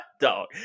Dog